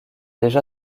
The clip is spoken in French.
déjà